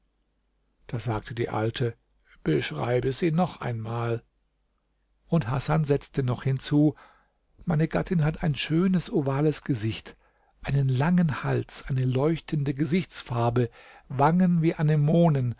da sagte die alte beschreibe sie noch einmal und hasan setzte noch hinzu meine gattin hat ein schönes ovales gesicht einen langen hals eine leuchtende gesichtsfarbe wangen wie anemonen